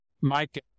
Mike